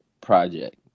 project